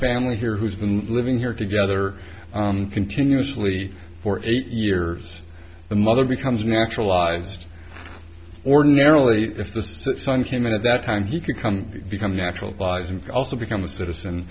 family here who's been living here together continuously for eight years the mother becomes naturalized ordinarily if the sun came out at that time he could come become natural allies and also become a citizen